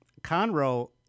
Conroe